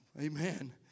Amen